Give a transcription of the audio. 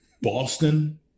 Boston